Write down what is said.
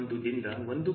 1 ದಿಂದ 1